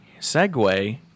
segue